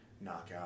knockout